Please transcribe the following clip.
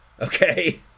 Okay